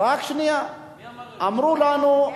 מי אמר את זה?